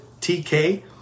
TK